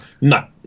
No